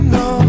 no